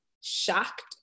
shocked